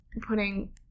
putting